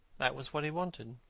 that was what he wanted.